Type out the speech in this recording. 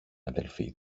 αδελφή